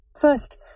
First